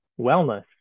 wellness